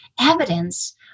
evidence